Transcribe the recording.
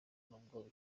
nubwo